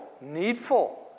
needful